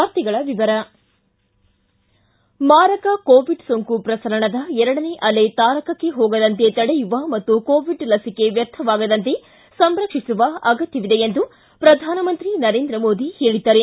ವಾರ್ತೆಗಳ ವಿವರ ಮಾರಕ ಕೋವಿಡ್ ಸೋಂಕು ಪ್ರಸರಣದ ಎರಡನೇ ಅಲೆ ತಾರಕಕ್ಕೆ ಹೋಗದಂತೆ ತಡೆಯುವ ಮತ್ತು ಕೋವಿಡ್ ಲಸಿಕೆ ವ್ಲರ್ಥವಾಗದಂತೆ ಸಂರಕ್ಷಿಸುವ ಅಗತ್ತವಿದೆ ಎಂದು ಪ್ರಧಾನಮಂತ್ರಿ ನರೇಂದ್ರ ಮೋದಿ ಹೇಳಿದ್ದಾರೆ